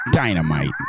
Dynamite